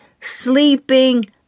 sleeping